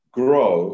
grow